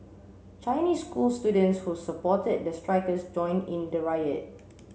Chinese school students who supported the strikers joined in the riot